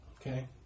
okay